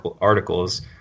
articles